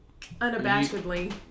Unabashedly